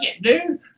dude